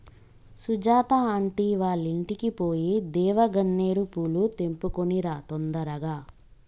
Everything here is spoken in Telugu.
సుజాత ఆంటీ వాళ్ళింటికి పోయి దేవగన్నేరు పూలు తెంపుకొని రా తొందరగా